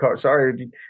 Sorry